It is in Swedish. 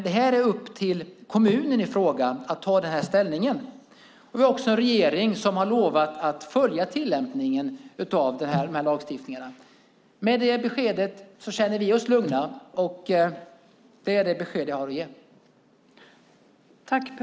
Det är upp till kommunen i fråga att ta ställning. Vi har också en regering som har lovat att följa tillämpningen av de här lagarna. Med det beskedet känner vi oss lugna. Det är det besked jag har att ge.